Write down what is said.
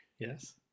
Yes